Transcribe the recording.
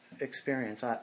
experience